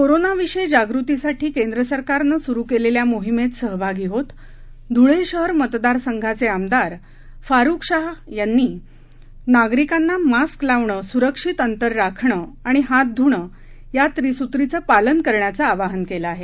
कोरोनाविषयी जागृतीसाठी केंद्र सरकारनं सुरु केलेल्या मोहीमेत सहभागी होत धुळे शहर मतदार संघाचे आमदार फारूक शाह यांनी नागरिकांना मास्क लावणं सुरक्षित अंतर राखण आणि हात धुणं या त्रिसूत्रीचं पालन करण्याचं आवाहन केलं आहे